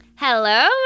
Hello